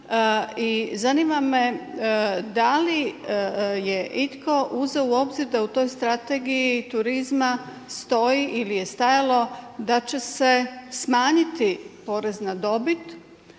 i zanima me da li je itko uzeo u obzir da u toj Strategiji turizma stoji ili je stajalo da će se smanjiti porez na dobit,